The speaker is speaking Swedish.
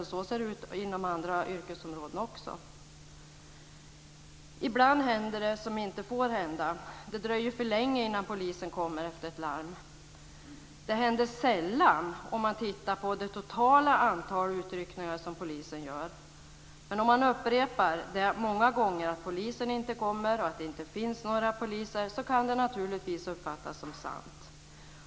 Så ser det ut inom andra yrkesområden också. Ibland händer det som inte får hända. Det dröjer för länge innan polisen kommer efter ett larm. Det händer sällan om man tittar på det totala antal utryckningar som polisen gör. Men om man upprepar många gånger att polisen inte kommer och att det inte finns några poliser, kan det naturligtvis uppfattas som sant.